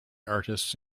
artists